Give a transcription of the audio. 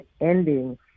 ending